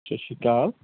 ਸਤਿ ਸ਼੍ਰੀ ਅਕਾਲ